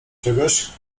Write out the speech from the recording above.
czegoś